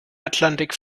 atlantik